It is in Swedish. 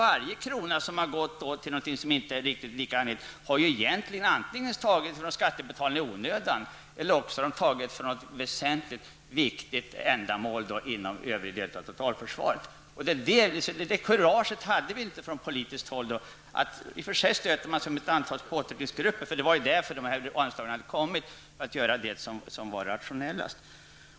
Varje krona som har använts till sådant som inte är så angeläget har antingen i onödan tagits från skattebetalarna eller också har pengarna tagits från något väsentligt ändamål inom övriga delar av totalförsvaret. Politikerna har inte haft det rätta kuraget. De har inte velat stöta sig med olika grupper i samhället.